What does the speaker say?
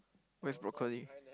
with broccoli